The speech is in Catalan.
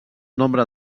nombre